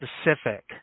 specific